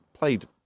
played